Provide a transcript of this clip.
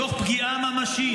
תוך פגיעה ממשית,